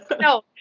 No